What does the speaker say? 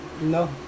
no